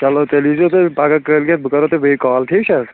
چلو تیٚلہِ ییٖزیو تُہۍ پَگاہ کٲلۍکٮ۪تھ بہٕ کَرو تیٚلہِ بیٚیہِ کال ٹھیٖک چھِ حظ